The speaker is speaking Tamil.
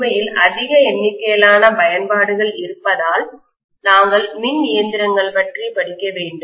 உண்மையில் அதிக எண்ணிக்கையிலான பயன்பாடுகள் இருப்பதால் நாங்கள் மின் இயந்திரங்கள் பற்றி படிக்கவேண்டும்